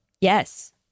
Yes